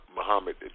Muhammad